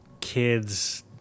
kids